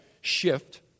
shift